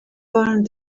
burned